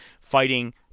fighting